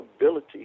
ability